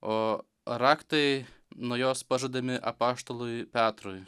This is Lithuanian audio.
o raktai nuo jos pažadami apaštalui petrui